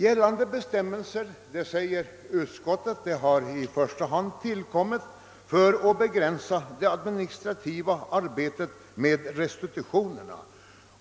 Gällande bestämmelser, säger utskottet, har i första hand tillkommit för att begränsa det administrativa arbetet med restitutionerna.